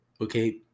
okay